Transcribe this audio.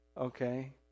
Okay